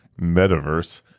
metaverse